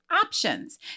options